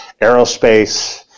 aerospace